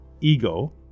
ego